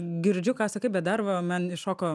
girdžiu ką sakai bet dar va man iššoko